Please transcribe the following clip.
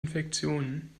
infektionen